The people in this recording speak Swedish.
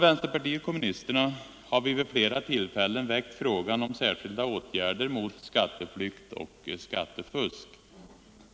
Vänsterpartiet kommunisterna har vid flera tillfällen väckt frågan om särskilda åtgärder mot skatteflykt och skattefusk.